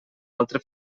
altre